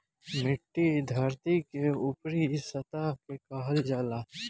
मिट्टी धरती के ऊपरी सतह के कहल जाला